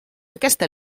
aquesta